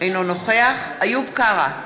אינו נוכח איוב קרא,